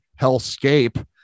hellscape